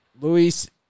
Luis